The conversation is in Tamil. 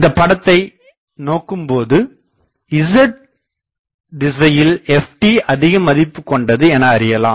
இந்தப் படத்தைநோக்கும்போது "z" திசையில் "ft" அதிகமதிப்பு கொண்டது எனஅறியலாம்